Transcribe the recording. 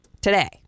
today